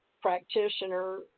practitioner